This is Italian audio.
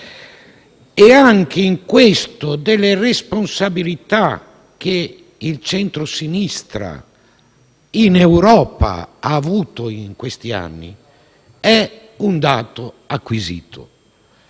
e in questo anche delle responsabilità che il centrosinistra in Europa ha avuto in questi anni, è un dato acquisito.